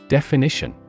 Definition